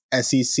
SEC